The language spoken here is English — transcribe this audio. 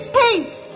peace